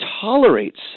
tolerates